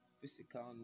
physical